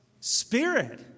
Spirit